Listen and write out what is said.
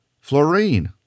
fluorine